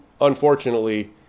unfortunately